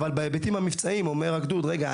אבל בהיבטים המבצעיים אומר הגדוד: רגע,